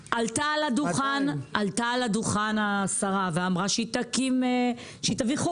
200. עלתה על הדוכן השרה ואמרה שהיא תביא חוקרת,